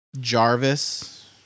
Jarvis